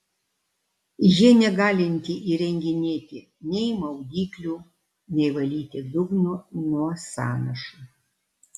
ji negalinti įrenginėti nei maudyklių nei valyti dugno nuo sąnašų